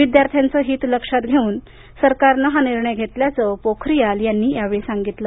विद्यार्थ्यांचे हित लक्षात घेऊन सरकारनं हा निर्णय घेतल्याचं पोखारीयाल यांनी सांगितलं